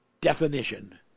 definition